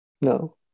No